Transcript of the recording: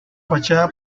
fachada